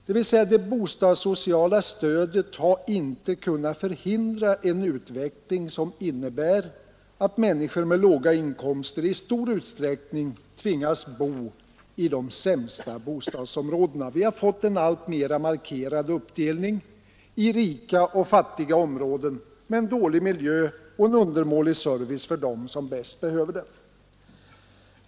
Det bostadssociala stödet har inte kunnat förhindra en utveckling som innebär att människor med låga inkomster i stor utsträckning tvingas bo i de sämsta bostadsområdena. Vi har fått en alltmera markerad uppdelning i rika och fattiga områden med dålig miljö och undermålig service för dem som bäst behöver den.